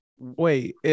Wait